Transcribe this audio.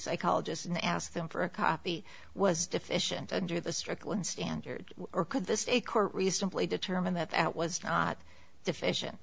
psychologist and ask them for a copy was deficient under the strickland standard or could the state court reasonably determine that that was not deficient